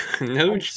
no